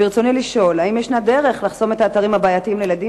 ברצוני לשאול: האם יש דרך לחסום את האתרים הבעייתיים לילדים